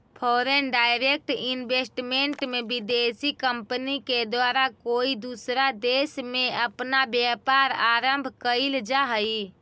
foreign direct investment में विदेशी company के द्वारा कोई दूसरा देश में अपना व्यापार आरंभ कईल जा हई